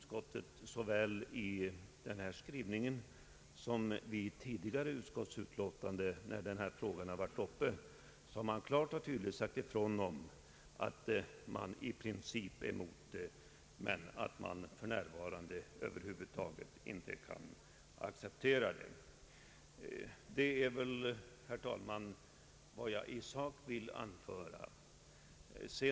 Såväl här som i tidigare utskottsutlåtanden när denna fråga varit uppe har också utskottet klart och tydligt sagt ifrån, att man i princip är emot punktskatter, men att man för närvarande inte kan avskaffa dem. Det är, herr talman, vad jag i sak vill anföra.